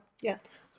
Yes